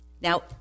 now